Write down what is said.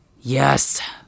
Yes